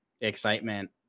excitement